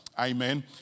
Amen